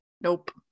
nope